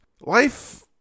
Life